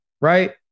right